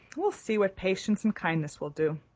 we'll see what patience and kindness will do.